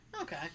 Okay